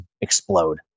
explode